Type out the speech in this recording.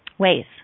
Ways